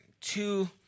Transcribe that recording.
Two